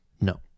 No